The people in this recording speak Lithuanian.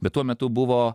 bet tuo metu buvo